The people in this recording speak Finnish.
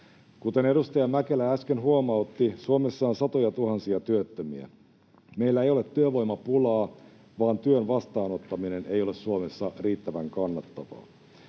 Kuten edustaja Mäkelä äsken huomautti, Suomessa on satojatuhansia työttömiä. Meillä ei ole työvoimapulaa, vaan työn vastaanottaminen ei ole Suomessa riittävän kannattavaa.